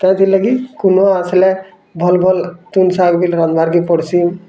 କେଁଥିର୍ ଲାଗି କୁଣିଆ ଆସିଲେ ଭଲ୍ ଭଲ୍ ପେଣ୍ଟ୍ ସାର୍ଟ ବି ଆଣ୍ବାକେ ପଡ଼୍ଛି